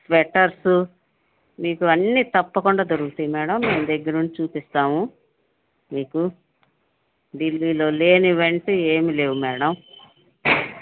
sweaters మీకు అన్నీ తప్పకుండా దొరుకుతాయి మేడం మేము దగ్గరుండి చూపిస్తాము మీకు ఢిల్లీలో లేనివంటూ ఏమీ లేవు మేడం